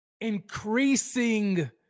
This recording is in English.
increasing